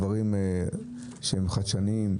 דברים חדשניים,